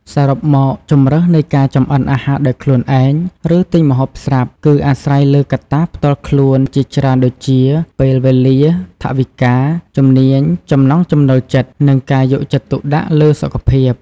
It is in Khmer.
សរុបមក ជម្រើសនៃការចម្អិនអាហារដោយខ្លួនឯង ឬទិញម្ហូបស្រាប់ គឺអាស្រ័យលើកត្តាផ្ទាល់ខ្លួនជាច្រើនដូចជា ពេលវេលា ថវិកា ជំនាញ ចំណង់ចំណូលចិត្ត និងការយកចិត្តទុកដាក់លើសុខភាព។